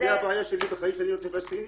זה הבעיה שלי בחיים שנולדתי פלשתיני?